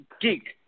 Geek